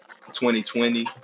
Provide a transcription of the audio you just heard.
2020